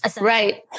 Right